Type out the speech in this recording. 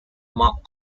mac